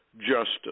justice